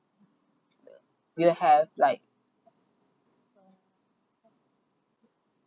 do you have like